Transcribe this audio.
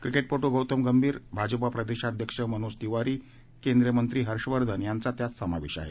क्रिकेटपट्ट गौतम गंभीर भाजपा प्रदेशाध्यक्ष मनोज तिवारी आणि केंद्रीय मंत्री हर्षवर्धन यांचा त्यात समावेश आहे